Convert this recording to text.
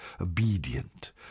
obedient